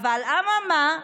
אממה,